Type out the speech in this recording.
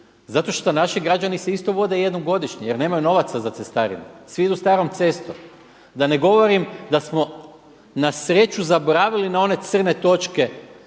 Zato što naši građani se isto … jednom godišnje jer nemaju novaca za cestarine, svi idu starom cestom. Da ne govorim da smo na sreću zaboravili na one crne točke